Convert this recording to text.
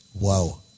Wow